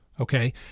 Okay